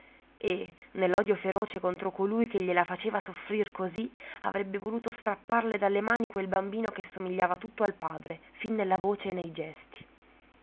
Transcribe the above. e nell'odio feroce contro colui che gliela faceva soffrir così avrebbe voluto strapparle dalle mani quel bambino che somigliava tutto al padre fin nella voce e nei gesti